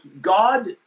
God